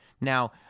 Now